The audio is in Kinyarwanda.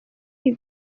iyi